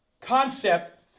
concept